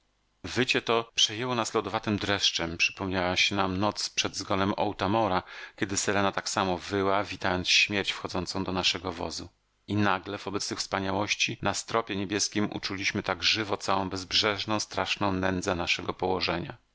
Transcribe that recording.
wycie to przejęło nas lodowatym dreszczem przypomniała nam się noc przed zgonem otamora kiedy selena tak samo wyła witając śmierć wchodzącą do naszego wozu i nagle wobec tych wspaniałości na stropie niebieskim uczuliśmy tak żywo całą bezbrzeżną straszną nędzę naszego położenia